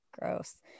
gross